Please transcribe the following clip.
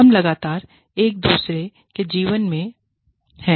हम लगातार एक दूसरे के जीवन में हैं